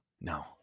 No